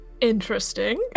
Interesting